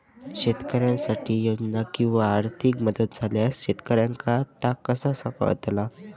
शेतकऱ्यांसाठी योजना किंवा आर्थिक मदत इल्यास शेतकऱ्यांका ता कसा कळतला?